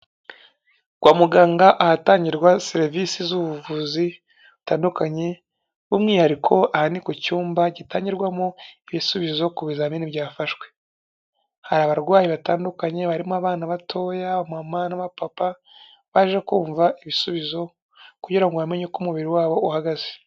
Kwa muganga ahatangirwa serivisi z'ubuvuzi butandukanye by'umwihariko aha ni ku cyumba gitangirwamo ibisubizo ku bizamini byafashwe, hari abarwayi batandukanye barimo abana batoya, abamama n'abapapa baje kumva ibisubizo kugira ngo bamenye uko umubiri wabo uhagaze.